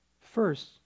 first